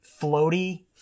floaty